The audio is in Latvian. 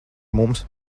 mums